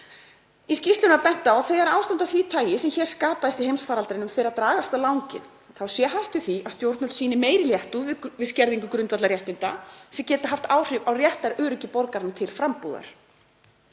Í skýrslunni er bent á að þegar ástand af því tagi sem hér skapaðist í heimsfaraldrinum dragist á langinn þá sé hætt við því að stjórnvöld sýni meiri léttúð við skerðingu grundvallarréttinda sem geti haft áhrif á réttaröryggi borgaranna til frambúðar.